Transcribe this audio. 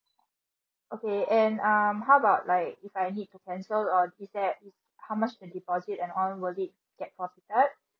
okay and um how about like if I need to cancel uh is there how much the deposit and all will it get posited